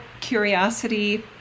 curiosity